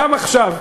גם עכשיו.